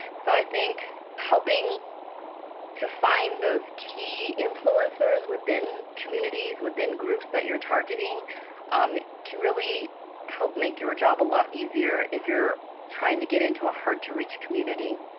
so i think helping to find those key influencers within communities, within groups that you're targeting um can really help make your job a lot easier if you're trying to get into a hard to reach community.